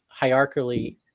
hierarchically